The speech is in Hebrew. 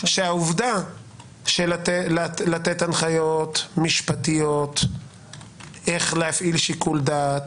אומר שהעובדה שלתת הנחיות משפטיות איך להפעיל שיקול דעת